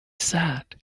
sat